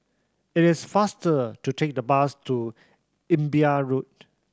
it is faster to take the bus to Imbiah Road